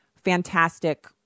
fantastic